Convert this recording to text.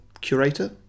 curator